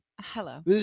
hello